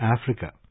Africa